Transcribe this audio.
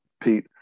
Pete